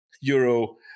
euro